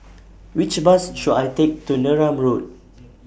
Which Bus should I Take to Neram Road